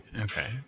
Okay